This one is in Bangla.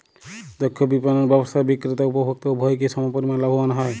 দক্ষ বিপণন ব্যবস্থায় বিক্রেতা ও উপভোক্ত উভয়ই কি সমপরিমাণ লাভবান হয়?